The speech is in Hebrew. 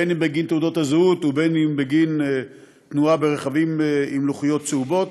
בין בגין תעודות הזהות ובין בגין תנועה ברכבים עם לוחיות צהובות,